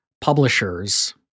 publishers